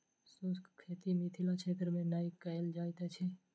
शुष्क खेती मिथिला क्षेत्र मे नै कयल जाइत अछि